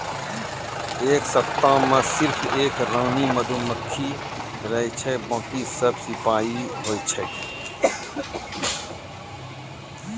एक छत्ता मॅ सिर्फ एक रानी मधुमक्खी रहै छै बाकी सब सिपाही होय छै